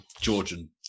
georgian